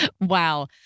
Wow